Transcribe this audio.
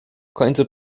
końcu